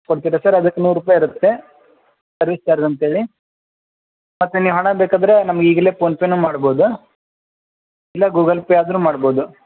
ಕೊಡ್ತೀರ ಸರ್ ಅದಕ್ಕೆ ನೂರು ರೂಪಾಯಿ ಇರುತ್ತೆ ಸರ್ವಿಸ್ ಚಾರ್ಜ್ ಅಂಥೇಳಿ ಮತ್ತು ನೀವು ಹಣ ಬೇಕಾದರೆ ನಮಗೆ ಈಗಲೆ ಪೋನ್ ಪೇ ಮಾಡ್ಬೋದು ಇಲ್ಲ ಗೂಗಲ್ ಪೇ ಆದರು ಮಾಡ್ಬೋದು